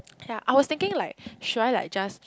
ya I was thinking like should I like just